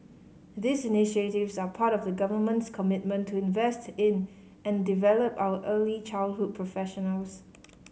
these initiatives are part of the Government's commitment to invest in and develop our early childhood professionals